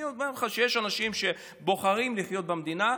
אני אומר לך שיש אנשים שבוחרים לחיות במדינה,